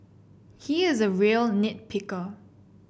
he is a real nit picker